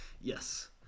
Yes